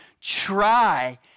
try